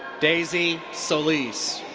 daisy solis.